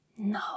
No